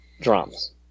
drums